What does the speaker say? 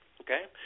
okay